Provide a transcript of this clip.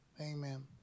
Amen